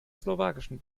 slowakischen